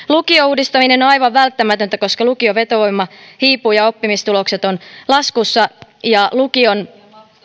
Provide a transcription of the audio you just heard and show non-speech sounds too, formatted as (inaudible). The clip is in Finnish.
(unintelligible) lukion uudistaminen on aivan välttämätöntä koska lukion vetovoima hiipuu ja oppimistulokset ovat laskussa lukion